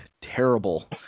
terrible